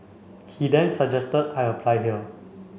he then suggested I apply here